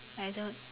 I don't